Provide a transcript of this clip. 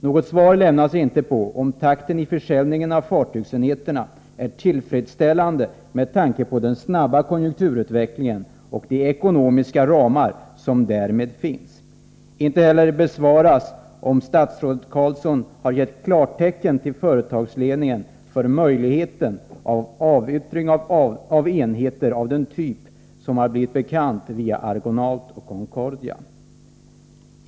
Något svar lämnas inte på frågan om takten i försäljningen av fartygsenheterna är tillfredsställande med tanke på den snabba konjunkturutvecklingen och de ekonomiska ramar som därmed finns. Inte heller besvaras frågan om statsrådet Carlsson har gett klartecken till företagsledningen för möjligheten av avyttring av enheter av den typ som har blivit bekant via Argonaut och Concordia.